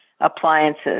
appliances